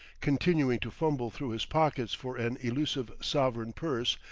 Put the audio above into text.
continuing to fumble through his pockets for an elusive sovereign purse,